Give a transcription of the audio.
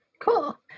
Cool